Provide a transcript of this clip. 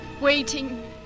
waiting